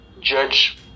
judge